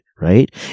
Right